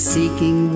Seeking